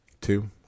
two